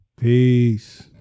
peace